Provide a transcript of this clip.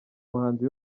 muhanzi